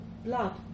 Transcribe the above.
blood